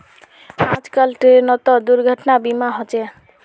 आजकल ट्रेनतो दुर्घटना बीमा होचे